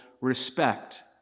respect